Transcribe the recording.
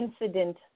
incident